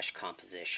composition